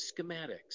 schematics